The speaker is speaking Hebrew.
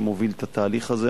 שמוביל את התהליך הזה.